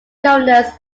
governors